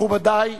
מכובדי,